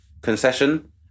concession